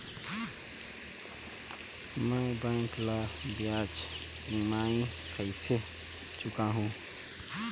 मैं बैंक ला ब्याज ई.एम.आई कइसे चुकाहू?